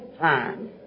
time